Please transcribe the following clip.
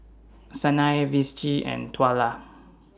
Sanai Vicie and Twyla